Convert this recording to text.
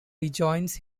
rejoins